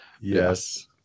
Yes